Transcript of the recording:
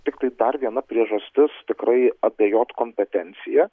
tiktai dar viena priežastis tikrai abejot kompetencija